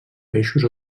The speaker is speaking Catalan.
peixos